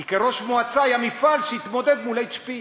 כי כראש מועצה היה מפעל שהתמודד מולHP ,